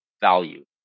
Value